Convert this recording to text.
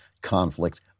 conflict